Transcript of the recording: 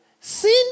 sin